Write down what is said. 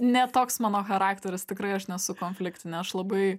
ne toks mano charakteris tikrai aš nesu konfliktinė aš labai